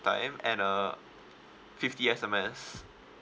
time and uh fifty S_M_S